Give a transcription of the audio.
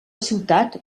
ciutat